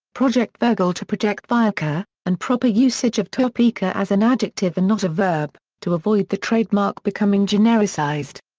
project virgle to project vireka, and proper usage of topeka as an adjective and not a verb, to avoid the trademark becoming genericized.